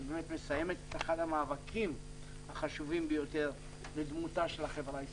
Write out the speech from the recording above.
שמסיימת את אחד המאבקים החשובים ביותר לדמותה של החברה הישראלית.